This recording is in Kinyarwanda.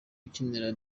ukinira